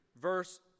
verse